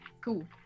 cool